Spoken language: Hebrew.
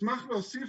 אשמח להוסיף.